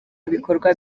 ibikorwa